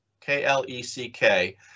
K-L-E-C-K